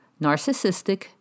narcissistic